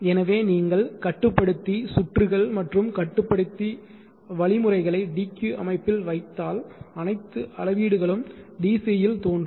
எனவே நீங்கள் கட்டுப்படுத்தி சுற்றுகள் மற்றும் கட்டுப்படுத்தி வழிமுறைகளை dq அமைப்பில் வைத்தால் அனைத்து அளவீடுகளும் DC இல் தோன்றும்